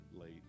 late